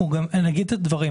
אנחנו גם נאמר את הדברים.